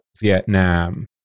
Vietnam